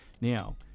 Now